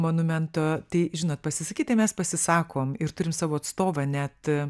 monumento tai žinot pasisakyt tai mes pasisakom ir turim savo atstovą net